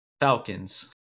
Falcons